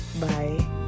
bye